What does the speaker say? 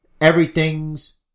Everything's